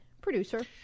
producer